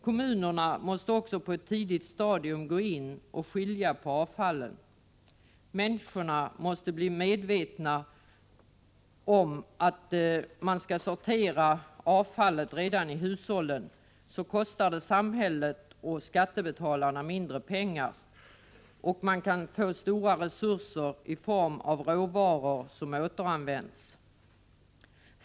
Kommunerna måste också på ett tidigt stadium gå in och sortera avfallet. Människorna måste bli medvetna om att de bör sortera avfallet redan i hushållen, så att hanteringen kostar samhället och skattebetalarna mindre pengar. Dessutom skapas stora resurser i form av råvaror som kan återanvändas.